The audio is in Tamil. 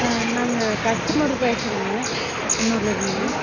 நாங்கள் கஸ்டமர் பேசுகிறங்க அன்னூர்லேர்ந்துங்க